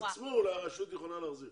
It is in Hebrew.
הרשות יכולה להחזיר